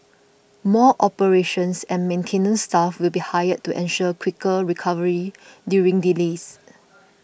more operations and maintenance staff will be hired to ensure quicker recovery during delays